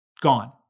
gone